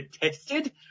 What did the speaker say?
tested